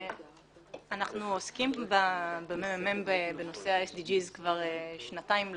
אנחנו בממ"מ עוסקים בנושא ה-SDGs כבר שנתיים לפחות.